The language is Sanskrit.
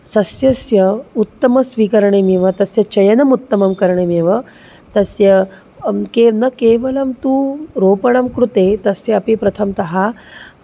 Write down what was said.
सस्यस्य उत्तमं स्वीकरणीयमिव तस्य चयनमुत्तमं करणीमेव तस्य न केवलं तु रोपणं कृते तस्य अपि प्रथम्तः